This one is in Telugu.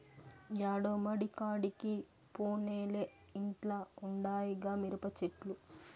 యాడో మడికాడికి పోనేలే ఇంట్ల ఉండాయిగా మిరపచెట్లు